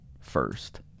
first